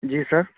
جی سر